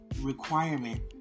requirement